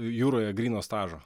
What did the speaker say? jūroje gryno stažo